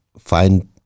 find